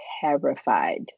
terrified